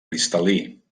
cristal·lí